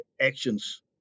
actions